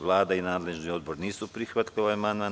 Vlada i nadležni odbor nisu prihvatili ovaj amandman.